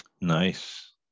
Nice